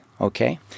okay